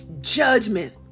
Judgment